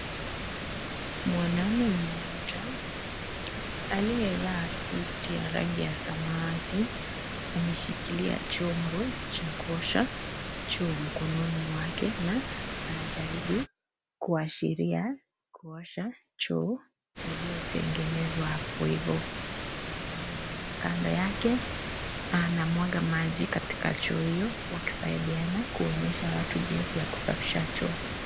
Mwanamme mmoja aliyevaa suti ya rangi ya samawati ameshikilia chombo cha kuosha choo mkononi mwake na anajaribu kuashiria kuosha choo iliyotengenezwa hapo hivo. Mwanamme mwingine kando yake na anamwaga maji katika choo hio wakisaidiana kuonyesha watu jinsi ya kusafisha choo.